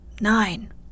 nine